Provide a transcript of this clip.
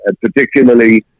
particularly